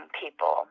people